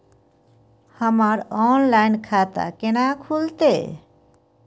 हमर ऑनलाइन खाता केना खुलते?